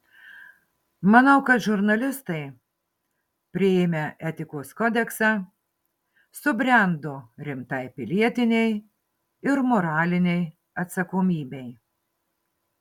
manau kad žurnalistai priėmę etikos kodeksą subrendo rimtai pilietinei ir moralinei atsakomybei